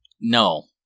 No